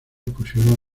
pusieron